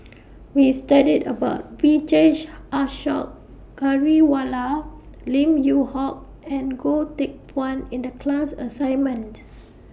We studied about Vijesh Ashok Ghariwala Lim Yew Hock and Goh Teck Phuan in The class assignments